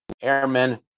airmen